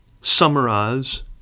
summarize